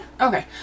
Okay